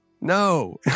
No